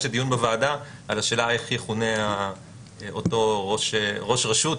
התוצאה היא "ראש רשות".